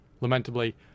Lamentably